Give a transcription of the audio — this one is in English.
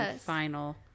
final